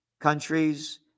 Countries